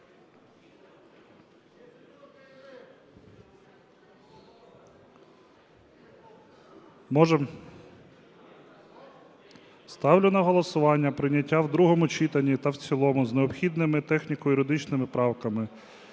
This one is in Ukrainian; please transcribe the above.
Можемо? Ставлю на голосування прийняття в другому читанні та в цілому з необхідними техніко-юридичними правками